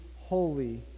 holy